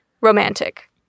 romantic